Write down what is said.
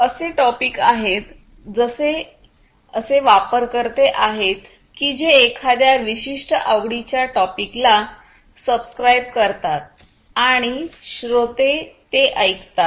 असे टॉपिक आहेत जसे असे वापरकर्ते आहेत की जे एखाद्या विशिष्ट आवडीच्या टॉपिकला सबस्क्राईब करतात आणि श्रोते हे ऐकतात